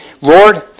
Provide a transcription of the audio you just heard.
Lord